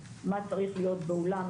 מה צריך להיות באולם,